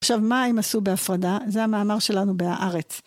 עכשיו, מה הם עשו בהפרדה? זה המאמר שלנו בהארץ.